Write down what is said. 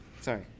Sorry